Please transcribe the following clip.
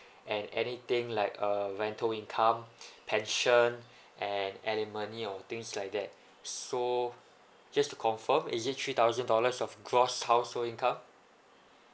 and anything like um rental income pension and alimony or things like that so just to confirm is it three thousand dollars of gross household income